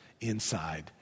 inside